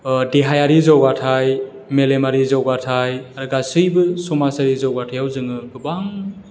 देहायारि जौगाथाय मेलेमारि जौगाथाय आरो गासैबो समाजारि जौगाथायावबो जोङो गोबां